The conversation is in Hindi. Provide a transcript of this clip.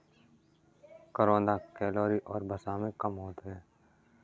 करौंदा कैलोरी और वसा में कम होते हैं